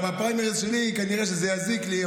בפריימריז שלי זה כנראה יזיק לי,